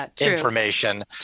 information